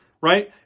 right